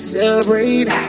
Celebrate